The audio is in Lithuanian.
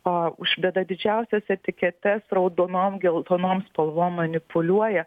o uždeda didžiausias etiketes raudonom geltonom spalvom manipuliuoja